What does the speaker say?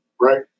right